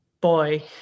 boy